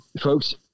folks